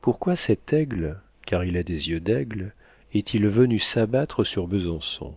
pourquoi cet aigle car il a des yeux d'aigle est-il venu s'abattre sur besançon